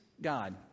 God